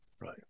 Right